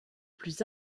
plus